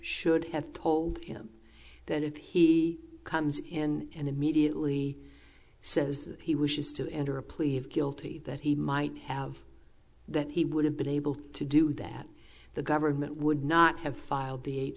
should have told him that if he comes in and immediately says he was used to enter a plea of guilty that he might have that he would have been able to do that the government would not have filed the